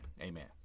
Amen